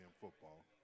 football